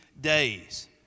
days